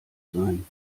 sein